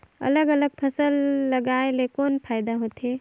अलग अलग फसल लगाय ले कौन फायदा होथे?